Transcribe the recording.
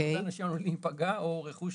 שהרבה אנשים עלולים להיפגע או רכוש